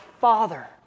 Father